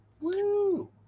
Woo